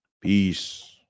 peace